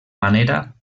manera